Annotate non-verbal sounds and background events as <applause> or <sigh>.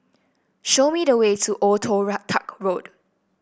show me the way to Old Toh <unintelligible> Tuck Road